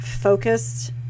Focused